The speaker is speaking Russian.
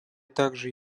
также